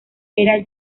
era